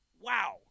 Wow